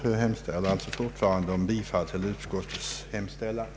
Jag hemställer alltså om bifall till utskottets förslag.